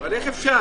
מי נגד?